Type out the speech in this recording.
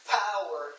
power